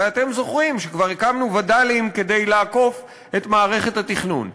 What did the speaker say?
הרי אתם זוכרים שכבר הקמנו וד"לים כדי לעקוף את מערכת התכנון.